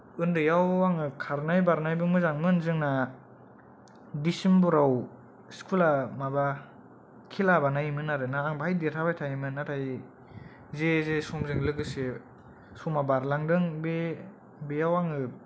ओन्दैयाव आङो खारनाय बारनायबो मोजां मोन जोंना डिसेम्बराव स्कुला माबा खेला बानायोमोन आरोना आं बेहाय देराहाबाय थायोमोन नाथाय जे जे समजों लोगोसे समा बारलांदों बे बेयाव आङो